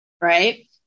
right